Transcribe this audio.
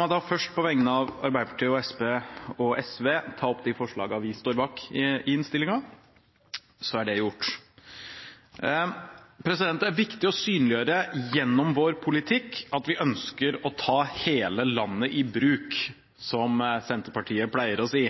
meg først, på vegne av Arbeiderpartiet, Senterpartiet og SV, ta opp de forslagene vi står bak i innstillingen, så er det gjort. Det er viktig å synliggjøre gjennom vår politikk at vi ønsker å ta hele landet i bruk, som Senterpartiet pleier å si.